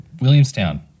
Williamstown